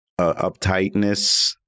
uptightness